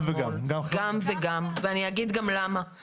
גם וגם ואני גם אומר למה.